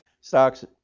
stocks